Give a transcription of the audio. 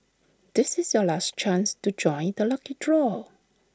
this is your last chance to join the lucky draw